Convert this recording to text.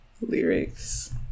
lyrics